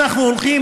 אנחנו הולכים,